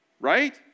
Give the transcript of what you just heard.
right